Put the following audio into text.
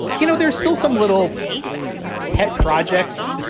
you know, there's still some little pet projects